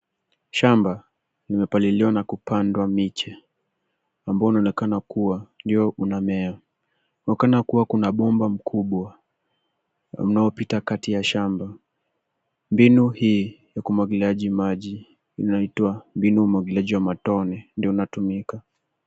Shamba limepaliliwa na kupandwa miche ambao linaonekana kuwa unamea. Inaonekana kuwa kuna bomba kubwa unaopita kati ya shamba. Mbinu hii ya umwagiliaji maji unaitwa mbinu ya umwagiliaji wa matone ndio inatumika.